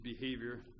behavior